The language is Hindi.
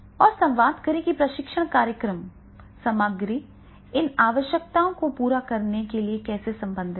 और संवाद करें कि प्रशिक्षण कार्यक्रम सामग्री इन आवश्यकताओं को पूरा करने के लिए कैसे संबंधित है